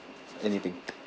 anything